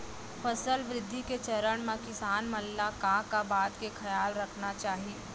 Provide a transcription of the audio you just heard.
फसल वृद्धि के चरण म किसान मन ला का का बात के खयाल रखना चाही?